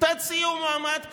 תציעו מועמד קבוע.